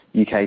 UK